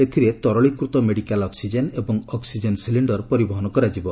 ଏଥିରେ ତରଳୀକୃତ medical oxygen ଏବଂ ଅକ୍ଟିଜେନ୍ ସିଲିଣ୍ଡର୍ ପରିବହନ କରାଯିବ